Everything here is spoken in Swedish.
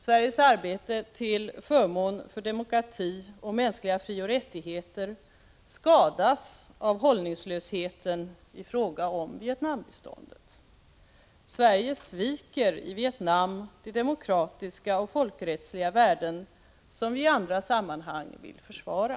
Sveriges arbete till förmån för demokrati och mänskliga frioch rättigheter skadas av hållningslösheten i fråga om Vietnambiståndet. Sverige sviker i Vietnam de demokratiska och folkrättsliga värden som vi i andra sammanhang vill försvara.